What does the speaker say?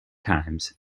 times